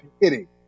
hitting